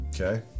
Okay